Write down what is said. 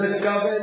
חבר הכנסת כבל,